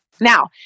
Now